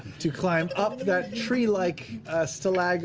to climb up that tree-like stalagmite.